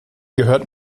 gehört